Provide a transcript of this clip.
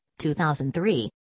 2003